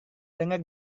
dengar